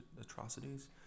atrocities